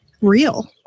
real